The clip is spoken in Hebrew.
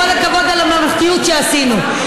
כל הכבוד על הממלכתיות שעשינו,